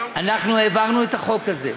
אנחנו העברנו את החוק הזה.